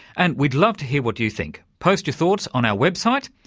and we'd love to hear what you think. post your thoughts on our website,